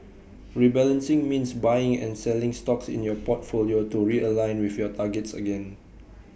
rebalancing means buying and selling stocks in your portfolio to realign with your targets again